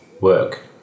work